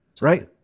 Right